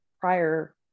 prior